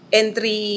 entry